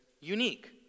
unique